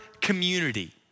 community